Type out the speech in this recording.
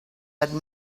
but